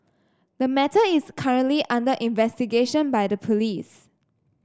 the matter is currently under investigation by the police